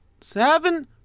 seven